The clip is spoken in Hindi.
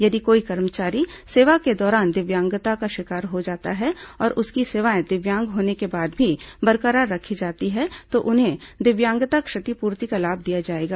यदि कोई कर्मचारी सेवा के दौरान दिव्यांगता का शिकार हो जाता है और उसकी सेवाए दिव्यांग होने के बाद भी बरकरार रखी जाती हैं तो उन्हें दिव्यांगता क्षतिपूर्ति का लाभ दिया जाएगा